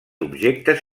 objectes